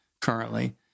currently